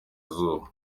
izuba